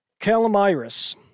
Calamiris